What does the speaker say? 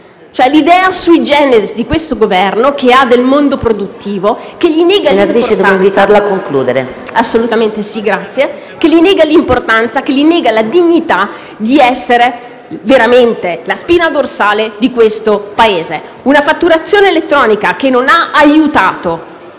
l'idea *sui generis* che questo Governo ha del mondo produttivo, che gli nega l'importanza e la dignità di essere veramente la spina dorsale di questo Paese. Una fatturazione elettronica che non ha aiutato